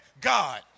God